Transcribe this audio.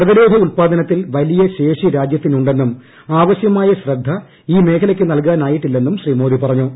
പ്രതിരോധ ഉത്പാദനത്തിൽ വലിയ ശേഷി രാജ്യത്തിനുണ്ടെന്നും ആവശ്യമായ ശ്രദ്ധ ഈ മേഖലയ്ക്ക് നല്കാനായിട്ടില്ലെന്നും ശ്രീ മോദി പറഞ്ഞു